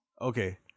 Okay